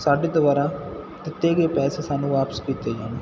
ਸਾਡੇ ਦੁਆਰਾ ਦਿੱਤੇ ਗਏ ਪੈਸੇ ਸਾਨੂੰ ਵਾਪਸ ਕੀਤੇ ਜਾਣ